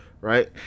Right